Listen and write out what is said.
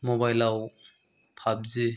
मबाइलाव पाबजि